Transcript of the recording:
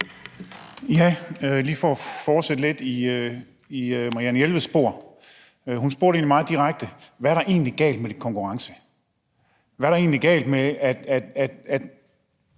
er lige for at fortsætte lidt i Marianne Jelveds spor. Hun spurgte meget direkte: Hvad er der egentlig galt med lidt konkurrence? Hvad er der egentlig galt med, at